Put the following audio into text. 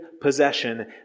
possession